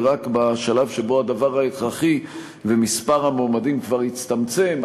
ורק בשלב שבו הדבר הכרחי ומספר המועמדים כבר הצטמצם,